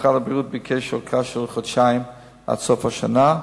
משרד הבריאות ביקש ארכה של חודשיים עד סוף השנה,